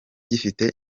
gifite